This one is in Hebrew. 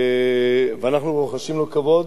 ואנחנו רוחשים לו כבוד,